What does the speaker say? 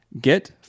Get